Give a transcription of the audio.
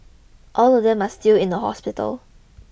all of them are still in a hospital